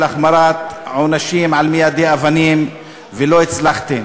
החמרת העונשים על מיידי אבנים ולא הצלחתם,